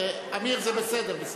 עמיר, זה בסדר.